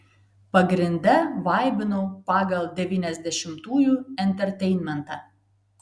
pagrinde vaibinau pagal devyniasdešimtųjų enterteinmentą